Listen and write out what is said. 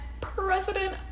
President